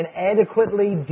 inadequately